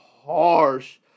harsh